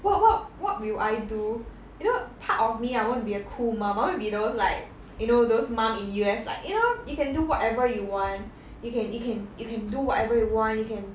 what what what will I do you know part of me I want to be a cool mum I want to be those like you know those mum in U_S like you know you can do whatever you want you can you can you can do whatever you want you can